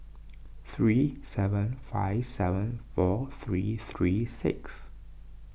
three seven five seven four three three six